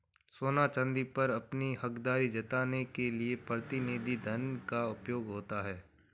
सोने चांदी पर अपनी हकदारी जताने के लिए प्रतिनिधि धन का उपयोग होता है